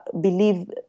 believe